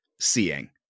seeing